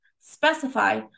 specify